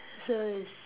so it's